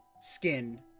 skin